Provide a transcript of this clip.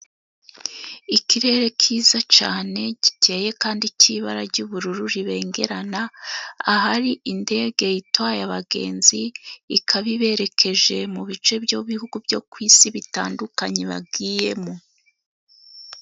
Ikirere cyiza cyane gikeye kandi cy'ibara ry'ubururu ribengerana, ahari indege itwaye abagenzi ikababererekeje mu bice by'ibihugu byo ku isi bitandukanye bagiyemo.